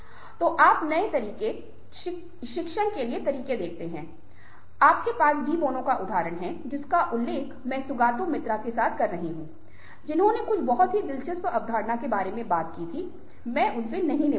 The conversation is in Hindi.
तो आप नए तरीके शिक्षण के नए तरीके देखते हैं आपके पास डी बोनो का उदाहरण है जिसका उल्लेख मैं सुगातो मित्रा से कर रहा हूं जिन्होंने कुछ बहुत ही दिलचस्प अवधारणाओं के बारे में बात की थी मैं उनसे नहीं निपटूंगा